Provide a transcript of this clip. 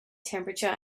temperature